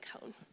cone